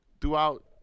Throughout